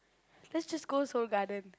let's just go Seoul-Garden